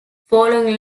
following